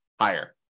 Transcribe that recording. higher